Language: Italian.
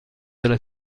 della